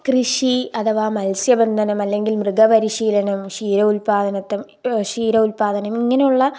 കൃഷി അഥവാ മത്സ്യബന്ധനം അല്ലെങ്കില് മൃഗപരിശീലനം ക്ഷീരോല്പാദനത്വം ക്ഷീരോൽപാദനം ഇങ്ങനെയുള്ള